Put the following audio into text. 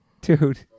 dude